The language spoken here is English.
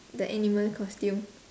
the animal costume